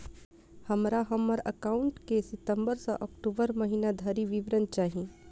हमरा हम्मर एकाउंट केँ सितम्बर सँ अक्टूबर महीना धरि विवरण चाहि?